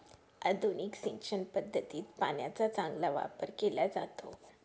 आधुनिक सिंचन पद्धतीत पाण्याचा चांगला वापर केला जातो